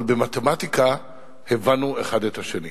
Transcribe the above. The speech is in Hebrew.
אבל במתמטיקה הבנו אחד את השני.